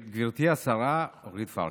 גברתי השרה אורית פרקש,